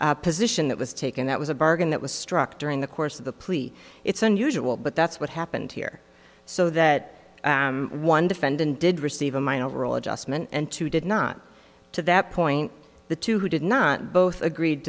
plea position that was taken that was a bargain that was struck during the course of the plea it's unusual but that's what happened here so that one defendant did receive a my overall adjustment and two did not to that point the two who did not both agreed